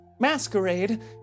Masquerade